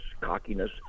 cockiness